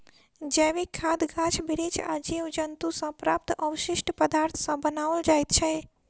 जैविक खाद गाछ बिरिछ आ जीव जन्तु सॅ प्राप्त अवशिष्ट पदार्थ सॅ बनाओल जाइत छै